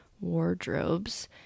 wardrobes